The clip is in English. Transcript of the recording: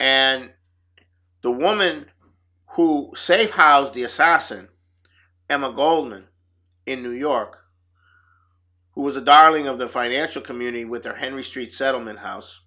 and the woman who say housed the assassin emma goldman in new york who was a darling of the financial community with their henry street settlement house